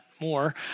more